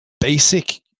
basic